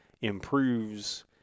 improves